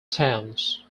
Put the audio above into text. towns